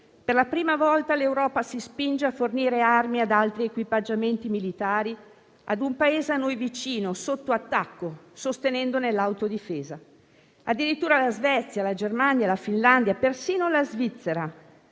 Per la prima volta l'Europa si spinge a fornire armi ed altri equipaggiamenti militari ad un Paese a noi vicino, sotto attacco, sostenendone l'autodifesa. Addirittura la Svezia, la Germania, la Finlandia, persino la Svizzera,